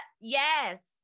yes